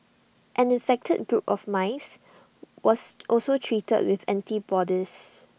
an infected group of mice was also treated with antibodies